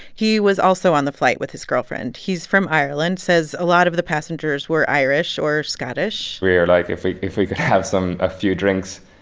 he was also on the flight with his girlfriend. he's from ireland, says a lot of the passengers were irish or scottish we were like, if we if we could have some a few drinks,